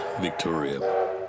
Victoria